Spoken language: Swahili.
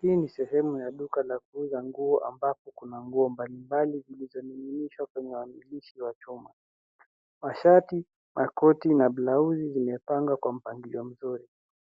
Hii ni sehemu ya duka la kuuza nguo ambapo kuna nguo mbalimbali zilizoninginishwa kwenye wamilishi wa chuma. Mashati, makoti na blauzi zimepangwa kwa mpangilio mzuri.